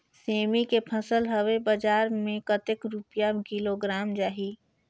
सेमी के फसल हवे बजार मे कतेक रुपिया किलोग्राम जाही?